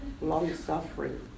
Long-suffering